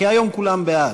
כי היום כולם בעד.